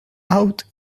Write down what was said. out